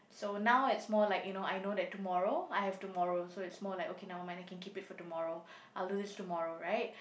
so now it's more like you know I know that tomorrow I have tomorrow so it's more like okay nevermind I can keep it for tomorrow I'll do this tomorrow right